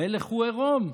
המלך הוא עירום.